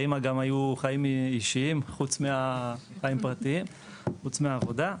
לאמא גם היו חיים פרטיים חוץ מהעבודה,